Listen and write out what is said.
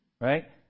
Right